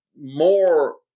more